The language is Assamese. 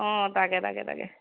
অঁ তাকে তাকে তাকে